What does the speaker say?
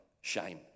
shame